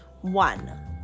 one